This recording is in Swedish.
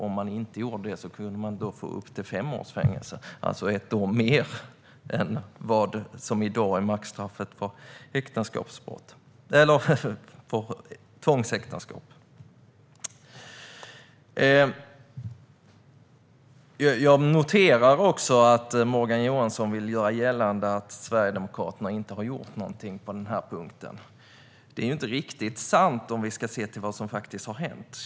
Om man inte gör det kan man få upp till fem års fängelse, det vill säga ett år mer än vad som i dag är maxstraffet för tvångsäktenskap. Jag noterar att Morgan Johansson vill göra gällande att Sverigedemokraterna inte har gjort någonting på den här punkten. Det är inte riktigt sant om vi ska se till vad som faktiskt har hänt.